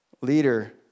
leader